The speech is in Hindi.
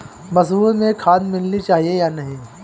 मसूर में खाद मिलनी चाहिए या नहीं?